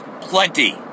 Plenty